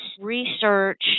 research